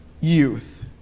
youth